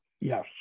Yes